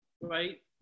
right